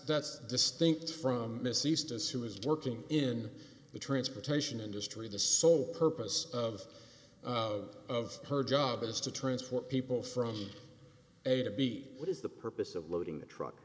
that's distinct from miss easton's who is working in the transportation industry the sole purpose of of her job is to transport people from a to b what is the purpose of loading a truck